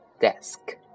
Desk